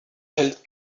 health